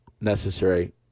necessary